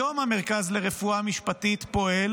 היום המרכז לרפואה משפטית פועל